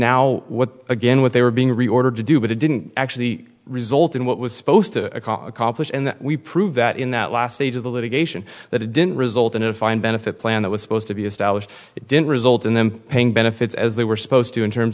now what again what they were being reordered to do but it didn't actually result in what was supposed to accomplish and we prove that in that last stage of the litigation that it didn't result in a fine benefit plan that was supposed to be established it didn't result in them paying benefits as they were supposed to in terms